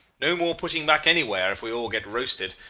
no more putting back anywhere, if we all get roasted.